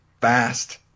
fast